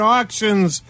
Auctions